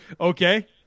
Okay